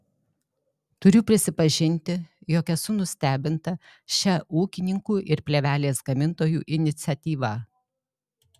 turiu prisipažinti jog esu nustebinta šia ūkininkų ir plėvelės gamintojų iniciatyva